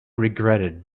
regretted